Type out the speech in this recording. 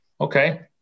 Okay